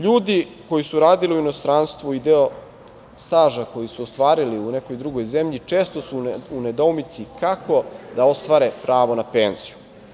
LJudi koji su radili u inostranstvu i deo staža koji su ostvarili u nekoj drugoj zemlji često su u nedoumici kako da ostvare pravo na penziju.